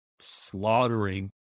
slaughtering